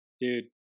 Dude